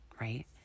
right